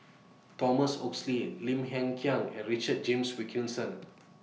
Thomas Oxley Lim Hng Kiang and Richard James Wilkinson